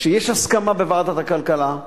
שיש הסכמה בוועדת הכלכלה,